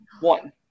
one